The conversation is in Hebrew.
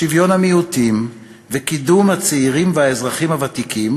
שוויון המיעוטים וקידום הצעירים והאזרחים הוותיקים,